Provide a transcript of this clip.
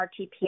RTP